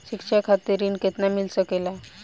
शिक्षा खातिर ऋण केतना मिल सकेला?